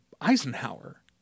Eisenhower